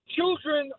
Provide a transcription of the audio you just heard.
Children